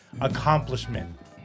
Accomplishment